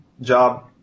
job